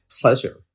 pleasure